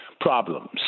problems